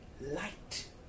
light